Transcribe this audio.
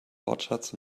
wortschatz